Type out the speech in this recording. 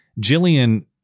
jillian